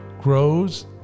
grows